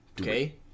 Okay